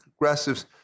progressives